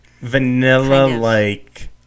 Vanilla-like